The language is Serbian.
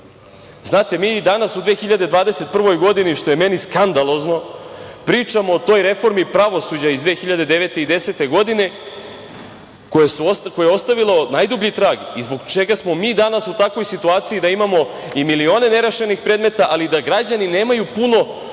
čin. Znate, mi i danas u 2021. godini, što je meni skandalozno, pričamo o toj reformi pravosuđa iz 2009. i 2010. godine koja je ostavila najdublji trag i zbog čega smo mi danas u takvoj situaciji da imamo i milione nerešenih predmeta, ali i da građani nemaju puno